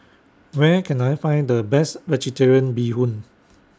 Where Can I Find The Best Vegetarian Bee Hoon